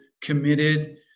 committed